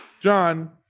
John